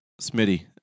Smitty